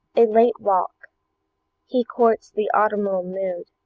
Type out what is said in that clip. a late walk he courts the autumnal mood.